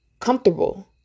comfortable